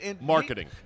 Marketing